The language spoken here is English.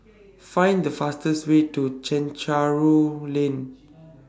Find The fastest Way to Chencharu Lane